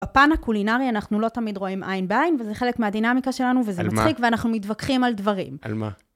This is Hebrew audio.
הפן הקולינרי, אנחנו לא תמיד רואים עין בעין, וזה חלק מהדינמיקה שלנו, וזה מצחיק, ואנחנו מתווכחים על דברים. על מה?